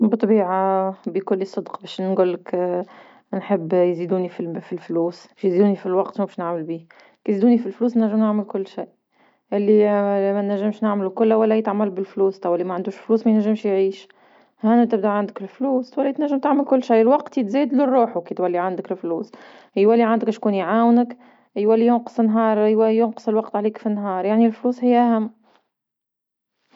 بطبيعة بكل صدق باش نقولك نحب يزيدوني فالفلوس، يزيدوني فالوقت باش نعمل بيه؟ كي زيدوني فالفلوس نرجع نعمل كل شي، اللي ما نجمش نعملو كل ولا يتعمل بالفلوس توا اللي ما عندوش الفلوس ما ينجمش يعيش هنا تبدا عندك الفلوس تولي تنجم تعمل كل شي الوقت يتزاد لروحو كي تولي عندك الفلوس يولي عندك شكون يعاونك يولي ينقص نهار ينقص عليك الوقت في نهار، يعني لفلوس هيا أهم.